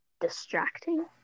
distracting